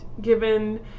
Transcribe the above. given